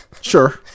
Sure